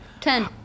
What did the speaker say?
Ten